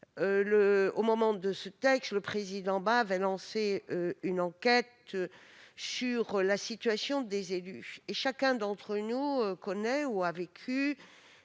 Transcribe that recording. de l'action publique, le président Bas avait lancé une enquête sur la situation des élus. Chacun d'entre nous connaît ou a vécu